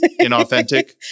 Inauthentic